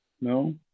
no